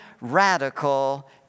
radical